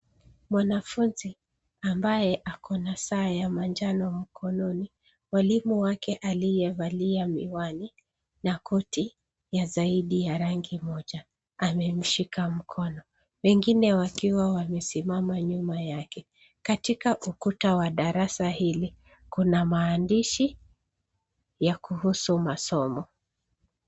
Mwanafunzi ambaye ako na saa ya manjano mkononi, mwalimu wake aliye valia miwani na koti ya zaidi ya rangi moja. Amemshika mkono wengine wakiwa wamesimama nyuma yake. Katika ukuta wa darasa hili kuna maandishi ya kuhusu masomo.